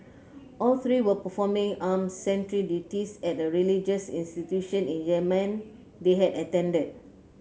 all three were performing armed sentry duties at the religious institution in Yemen they had attended